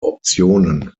optionen